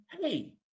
hey